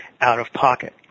out-of-pocket